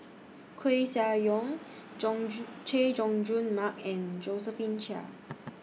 Koeh Sia Yong Jung Jun Chay Jung Jun Mark and Josephine Chia